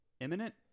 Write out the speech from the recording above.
Imminent